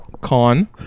con